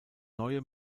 neue